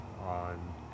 on